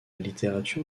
littérature